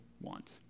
want